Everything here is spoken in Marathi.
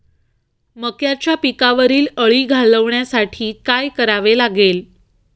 मक्याच्या पिकावरील अळी घालवण्यासाठी काय करावे लागेल?